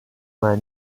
man